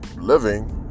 living